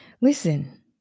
Listen